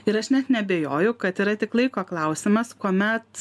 ir aš net neabejoju kad yra tik laiko klausimas kuomet